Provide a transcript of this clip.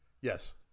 Yes